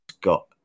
got